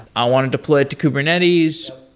i want to deploy it to kubernetes.